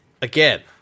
again